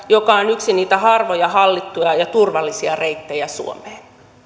joka on yksi niitä harvoja hallittuja ja turvallisia reittejä suomeen